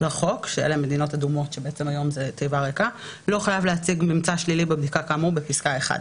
לחוק לא חייב להציג ממצא שלילי בבדיקה כאמור בפסקה (1);"